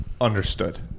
understood